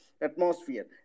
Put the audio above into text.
atmosphere